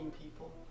people